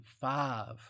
five